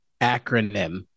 acronym